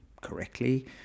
correctly